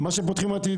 מה ש"פותחים עתיד"